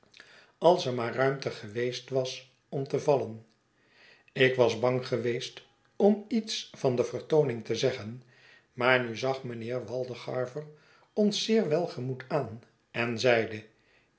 als er maar ruimte geweest was om te vallen ik was bang geweest om iets van de vertooning te zeggen maar nu zag mijnheer waldengarver ons zeer welgemoed aan en zeide